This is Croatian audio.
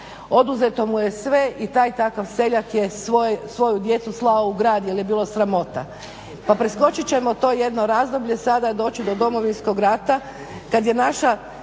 oduzeto mu je sve i taj i takav seljak je svoju djecu slao u grad jel je bilo sramota. Pa preskočit ćemo to jedno razdoblje sada doći do Domovinskog rata kada je naša